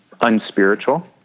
unspiritual